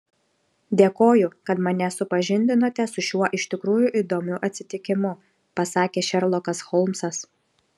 dėkoju kad mane supažindinote su šiuo iš tikrųjų įdomiu atsitikimu pasakė šerlokas holmsas